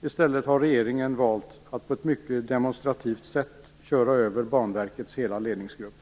I stället har regeringen valt att mycket demonstrativt köra över Banverkets ledningsgrupp.